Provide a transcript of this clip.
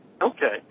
Okay